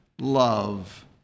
love